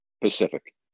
Pacific